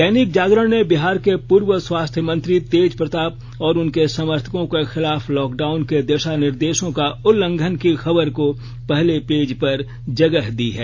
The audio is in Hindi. दैनिक जागरण ने बिहार के पूर्व स्वास्थ्य मंत्री तेज प्रताप और उनके समर्थकों के खिलाफ लॉकडाउन के दिशा निर्देशों का उल्लंघन की खबर को पहले पेज पर जगह दी है